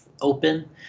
open